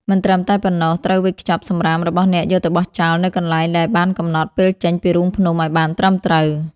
មិនត្រឹមតែប៉ុណ្ណោះ ត្រូវវេចខ្ចប់សំរាមរបស់អ្នកយកទៅបោះចោលនៅកន្លែងដែលបានកំណត់ពេលចេញពីរូងភ្នំអោយបានត្រឹមត្រូវ។